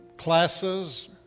classes